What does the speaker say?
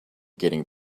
getting